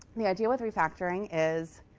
the idea with refactoring is